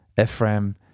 Ephraim